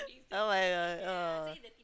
[oh]-my-god oh